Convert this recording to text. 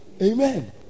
Amen